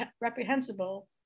reprehensible